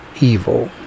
evil